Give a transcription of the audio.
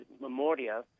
Memoria